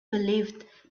believed